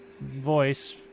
voice